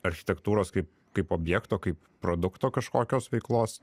architektūros kaip kaip objekto kaip produkto kažkokios veiklos